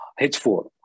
H4